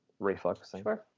refocusing